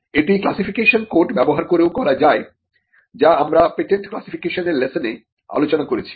এটি classification code ব্যবহার করেও করা যায় যা আমরা পেটেন্টক্লাসিফিকেশনের লেসনে আলোচনা করেছি